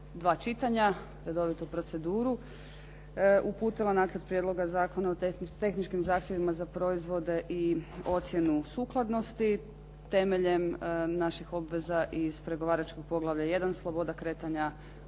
dva čitanja, redovitu proceduru, uputila Nacrt prijedloga zakona o tehničkim zahtjevima za proizvode i ocjenu sukladnosti temeljem naših obveza iz pregovaračkog poglavlja 1 – Sloboda kretanja